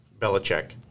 Belichick